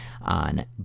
on